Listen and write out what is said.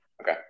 Okay